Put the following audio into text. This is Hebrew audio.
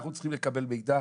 אנחנו צריכים לקבל מידע,